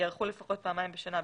ייערכו לפחות פעמיים בשנה,